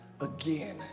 again